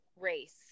race